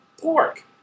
pork